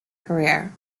career